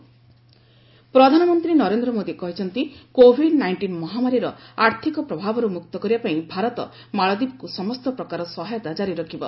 PM ମାଳଦ୍ୱୀପ ପ୍ରଧାନମନ୍ତ୍ରୀ ନରେନ୍ଦ୍ର ମୋଦୀ କହିଛନ୍ତି କୋଭିଡ୍ ନାଇଷ୍ଟିନ୍ ମହାମାରୀର ଆର୍ଥକ ପ୍ରଭାବରୁ ମୁକ୍ତ କରିବାପାଇଁ ଭାରତ ମାଳଦ୍ୱୀପକୁ ସମସ୍ତ ପ୍ରକାର ସହାୟତା କାରି ରଖିବ